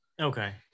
Okay